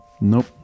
nope